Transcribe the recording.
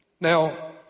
Now